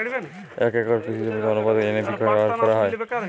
এক একর কৃষি জমিতে কি আনুপাতে এন.পি.কে ব্যবহার করা হয়?